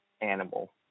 animal